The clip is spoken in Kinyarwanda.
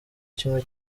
kimwe